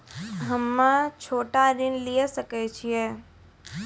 हम्मे छोटा ऋण लिये सकय छियै?